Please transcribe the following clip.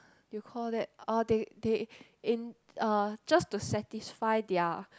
you call that orh they they in uh just to satisfy their